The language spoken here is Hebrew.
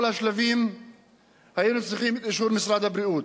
השלבים היינו צריכים אישור משרד הבריאות.